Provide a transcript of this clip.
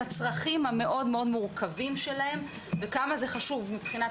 הצרכים המאוד מורכבים שלהם וכמה זה חשוב מבחינת